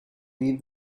leave